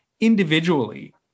individually